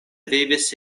vivis